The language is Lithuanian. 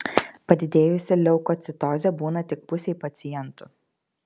padidėjusi leukocitozė būna tik pusei pacientų